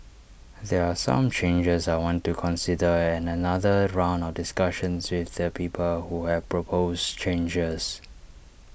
there are some changes I want to consider and another round of discussions with the people who have proposed changes